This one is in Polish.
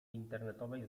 internetowej